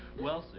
well,